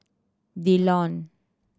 The Lawn